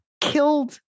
killed